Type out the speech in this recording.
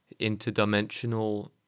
interdimensional